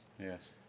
Yes